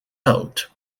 out